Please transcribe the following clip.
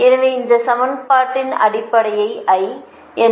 எனவே இந்த சமன்பாட்டின் அடிப்படையை I